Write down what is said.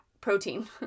protein